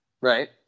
Right